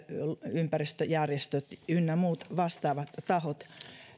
ympäristöjärjestöt ynnä muut vastaavat tahot